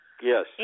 Yes